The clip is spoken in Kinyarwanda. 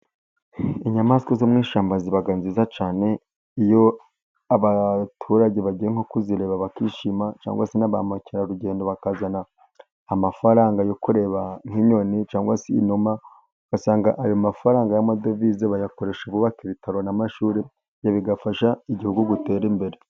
Inyamaswa zo mu ishyamba ziba nziza cyane, iyo abaturage bagiye nko kuzireba bakishima ,cyangwa se na ba Mukerarugendo bakazana amafaranga yo kureba nk'inyoni, cyangwa se inuma, ugasanga ayo mafaranga y'amadovize bayakoresha bubaka ibitaro, n'amashuri, bigafasha igihugu gutera imbere.